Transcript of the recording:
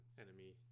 enemy